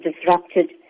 disrupted